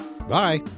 Bye